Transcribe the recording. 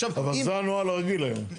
עכשיו, אם --- אבל זה הנוהל הרגיל היום.